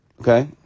Okay